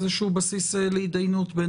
מעבר לשתי ההערות המרכזיות שיושב-ראש